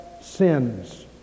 sins